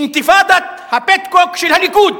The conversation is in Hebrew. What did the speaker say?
אינתיפאדת ה"פטקוק" של הליכוד.